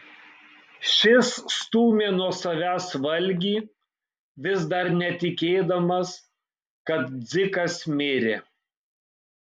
šis stūmė nuo savęs valgį vis dar netikėdamas kad dzikas mirė